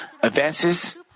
advances